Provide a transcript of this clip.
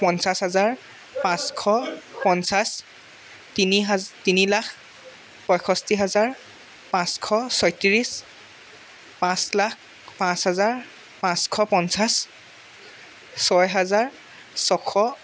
পঞ্চাছ হাজাৰ পাঁচশ পঞ্চাছ তিনি হাজ তিনি লাখ পঁষষ্ঠি হাজাৰ পাঁচশ ছয়ত্ৰিছ পাঁচ লাখ পাঁচ হাজাৰ পাঁচশ পঞ্চাছ ছয় হাজাৰ ছয়শ